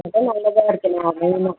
இடோம் நல்லதாக இருக்கணும்